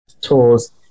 tools